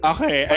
Okay